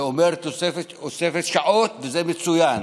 זה אומר תוספת שעות וזה מצוין,